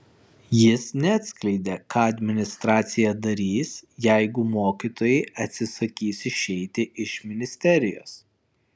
jis neatskleidė ką administracija darys jeigu mokytojai atsisakys išeiti iš ministerijos